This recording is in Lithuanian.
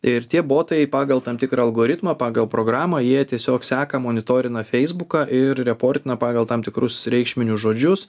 ir tie botai pagal tam tikrą algoritmą pagal programą jie tiesiog seka monitorina feisbuką ir reportina pagal tam tikrus reikšminius žodžius